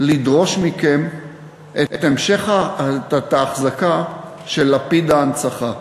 לדרוש מכם את ההחזקה של לפיד ההנצחה.